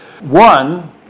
one